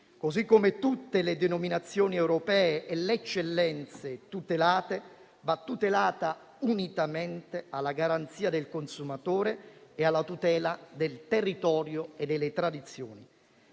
così come tutte le denominazioni europee e le eccellenze protette, va tutelata unitamente alla garanzia per il consumatore e alla tutela del territorio e delle tradizioni.